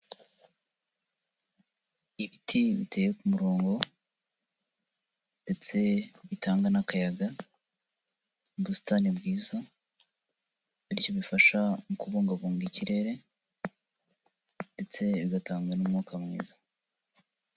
Ibiti biteye ku murongo ndetse bitanga n'akayaga, ubusitani bwiza, bityo bifasha mu kubungabunga ikirere ndetse bigatanga n'umwuka mwiza.